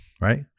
right